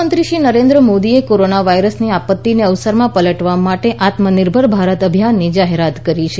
પ્રધાનમંત્રી શ્રી નરેન્દ્ર મોદીએ કોરોના વાયરસની આપત્તિને અવસરમાં પલટાવવા માટે આત્મનિર્ભર ભારત અભિયાનની જાહેરાત કરી છે